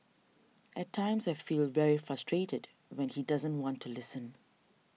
at times I feel very frustrated when he doesn't want to listen